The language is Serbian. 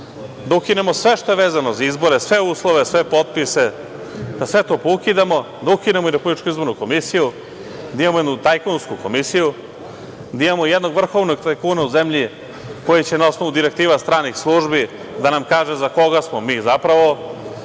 da ukinemo sve što je vezano za izbore, sve uslove, sve potpise. Da sve to poukidamo, da ukinemo i Republičku izbornu komisiju, da imamo jednu tajkunsku komisiju, da imamo jednog vrhovnog tajkuna u zemlji koji će na osnovu direktiva stranih službi da nam kaže za koga smo mi zapravo.